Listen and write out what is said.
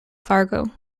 fargo